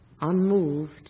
Unmoved